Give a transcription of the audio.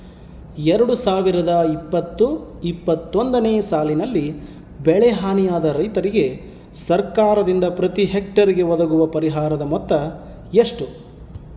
ಎರಡು ಸಾವಿರದ ಇಪ್ಪತ್ತು ಇಪ್ಪತ್ತೊಂದನೆ ಸಾಲಿನಲ್ಲಿ ಬೆಳೆ ಹಾನಿಯಾದ ರೈತರಿಗೆ ಸರ್ಕಾರದಿಂದ ಪ್ರತಿ ಹೆಕ್ಟರ್ ಗೆ ಒದಗುವ ಪರಿಹಾರ ಮೊತ್ತ ಎಷ್ಟು?